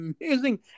amazing